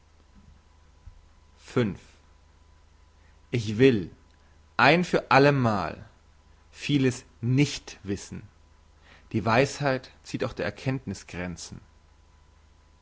ich will ein für alle mal vieles nicht wissen die weisheit zieht auch der erkenntniss grenzen